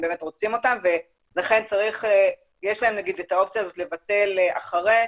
הם באמת רוצים אותם ולכן יש להם את האופציה לבטל לאחר מכן.